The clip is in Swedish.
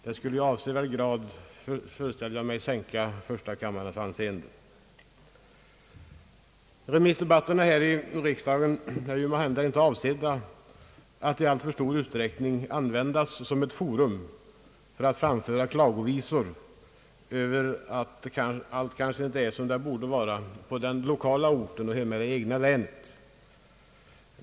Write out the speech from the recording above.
Det skulle, föreställer jag mig, i avsevärd grad sänka första kammarens anseende. Remissdebatterna här i riksdagen är ju inte avsedda att i alltför stor utsträckning användas som ett forum för att framföra klagovisor över att allt kanske inte har blivit som man önskat på det lokala planet och hemma i det egna länet.